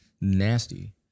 Nasty